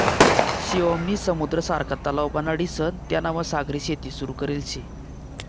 शिवम नी समुद्र सारखा तलाव बनाडीसन तेनामा सागरी शेती सुरू करेल शे